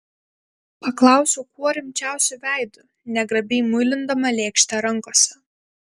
paklausiau kuo rimčiausiu veidu negrabiai muilindama lėkštę rankose